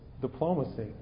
diplomacy